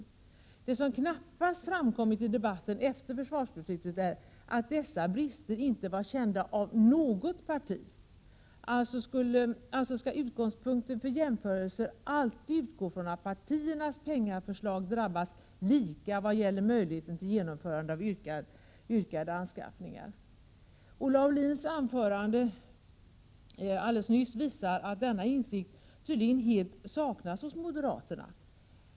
Något som knappast framkommit i debatten efter försvarsbeslutet är att dessa brister inte var kända av något parti; utgångspunkten för jämförelser skall därför alltid utgå från att partiernas anslagsförslag drabbas lika såvitt gäller möjligheten att genomföra yrkade anskaffningar. Olle Aulins anförande nyss visar att denna Prot. 1987/88:131 insikt tydligen helt saknas hos moderaterna.